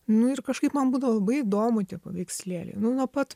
nu ir kažkaip man būdavo labai įdomu tie paveikslėliai nu nuo pat